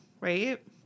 right